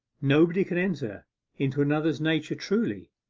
nobody can enter into another's nature truly,